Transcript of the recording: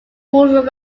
rules